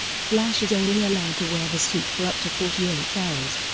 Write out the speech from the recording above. flash is only allowed to wear the suit for up to forty eight hours,